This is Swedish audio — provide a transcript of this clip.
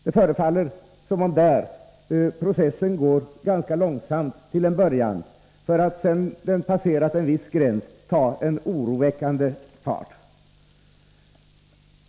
Det förefaller som om processen där går ganska långsamt till en början, för att sedan den passerat en viss gräns ta en oroväckande fart.